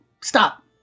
Stop